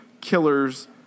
killers